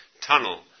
tunnel